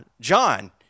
John